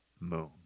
moon